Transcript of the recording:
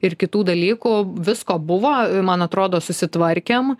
ir kitų dalykų visko buvo man atrodo susitvarkėm